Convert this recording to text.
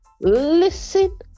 listen